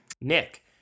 Nick